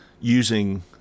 using